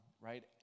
right